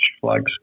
flags